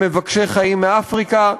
למבקשי חיים מאפריקה,